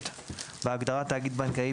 בהגדרה "תאגיד בנקאי",